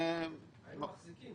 אתם --- היינו מחזיקים,